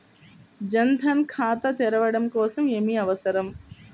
జన్ ధన్ ఖాతా తెరవడం కోసం ఏమి అవసరం?